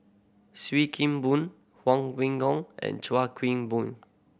Sim Kee Boon Huang Wengong and Chua Queen Boom